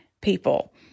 people